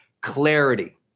clarity